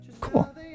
Cool